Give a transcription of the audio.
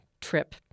trip